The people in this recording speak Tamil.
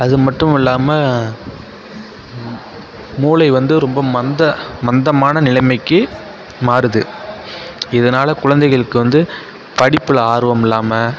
அது மட்டும் இல்லாமல் மூளை வந்து ரொம்ப மந்தம் மந்தமான நிலைமைக்கு மாறுது இதனால குழந்தைகளுக்கு வந்து படிப்பில் ஆர்வம் இல்லாமல்